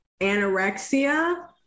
anorexia